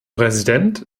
präsident